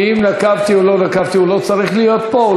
ואם נקבתי או לא נקבתי, הוא לא צריך להיות פה?